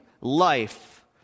life